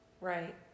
Right